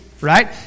right